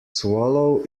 swallow